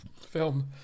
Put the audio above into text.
film